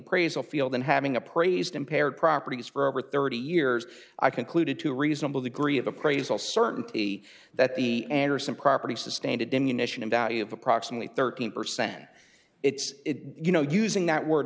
appraisal field and having appraised impaired properties for over thirty years i concluded to a reasonable degree of appraisal certainty that the anderson property sustained a diminishing in value of approximately thirteen percent it's you know using that word